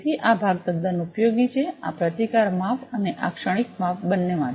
તેથી આ ભાગ તદ્દન ઉપયોગી છે આ પ્રતિકાર માપ અને આ ક્ષણિક માપ બંને માટે